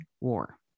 war